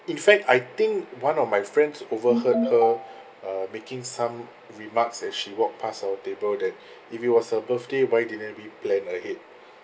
in fact I think one of my friends overheard her uh making some remarks as she walked pass our table that if it was her birthday why didn't we plan ahead